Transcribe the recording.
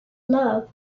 love